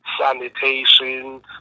sanitation